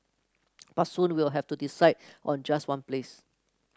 but soon we will have to decide on just one place